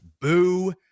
boo